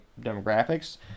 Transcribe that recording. demographics